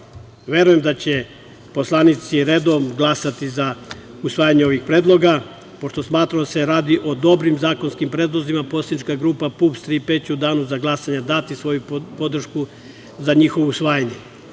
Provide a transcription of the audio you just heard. Verujem da će poslanici redom glasati za usvajanje ovih predloga. Pošto smatramo da se radi o dobrim zakonskim predlozima, Poslanička grupa PUPS „Tri P“ će u danu za glasanje dati svoju podršku za njihovo usvajanje.